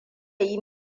yi